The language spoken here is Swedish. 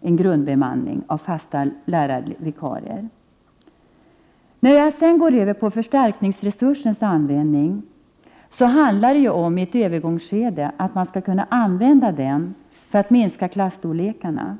en grundbemanning av fasta lärarvikarier. Beträffande förstärkningsresursens användning handlar det om att man under ett övergångsskede skall kunna använda denna resurs för att minska klasserna.